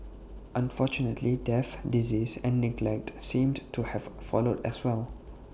unfortunately death disease and neglect seemed to have followed as well